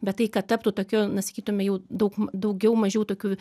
bet tai kad taptų tokiu na sakytume jau daug daugiau mažiau tokiu